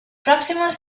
próximos